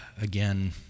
again